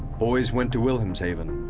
boys went to wilhelmshaven.